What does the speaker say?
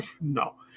no